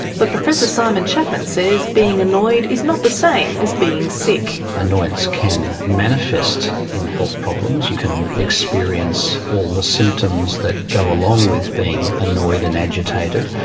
but professor simon chapman says being annoyed is not the same as being sick. annoyance can manifest in health problems, you can experience all the symptoms that go along with being annoyed and agitated,